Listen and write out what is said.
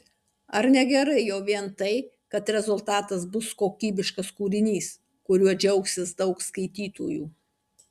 ar ne gerai jau vien tai kad rezultatas bus kokybiškas kūrinys kuriuo džiaugsis daug skaitytojų